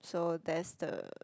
so that's the